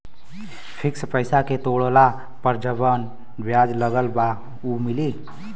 Fix पैसा के तोड़ला पर जवन ब्याज लगल बा उ मिली?